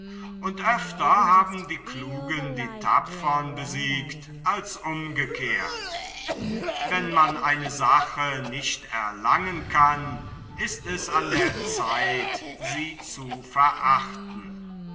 und öfter haben die klugen die tapfern besiegt als umgekehrt wenn man eine sache nicht erlangen kann ist es an der zeit sie zu verachten